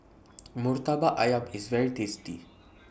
Murtabak Ayam IS very tasty